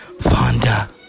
Fonda